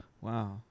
Wow